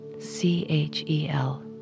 C-H-E-L